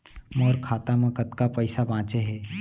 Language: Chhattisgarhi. मोर खाता मा कतका पइसा बांचे हे?